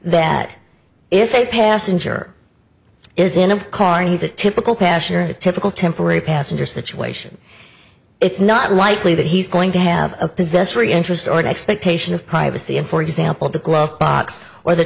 that if a passenger is in a car and he's a typical passion or a typical temporary passenger situation it's not likely that he's going to have a possessory interest or an expectation of privacy and for example the glove box or the